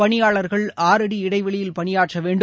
பனியாளர்கள் ஆற்டி இடைவெளியில் பனியாற்ற வேண்டும்